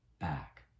back